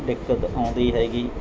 ਦਿੱਕਤ ਆਉਂਦੀ ਹੈਗੀ